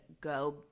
go